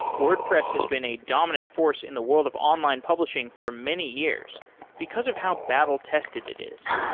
wordpress has been a dominant force in the world of online publishing for many years because of how battle tested it is.